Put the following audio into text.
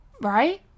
right